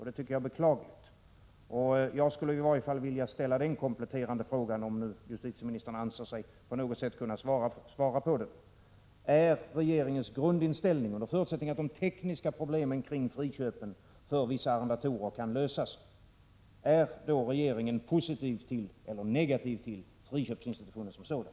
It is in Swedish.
Det tycker jag är beklagligt. Jag skulle vilja ställa den kompletterande frågan — om justitieministern nu anser sig på något sätt kunna svara på den —: Är regeringens grundinställning - om man förutsätter att de tekniska problemen för friköpet för vissa arrendatorer kan lösas — positiv eller negativ till friköpsinstitutionen som sådan?